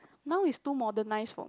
now is too modernised for